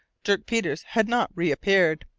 dirk peters had not reappeared,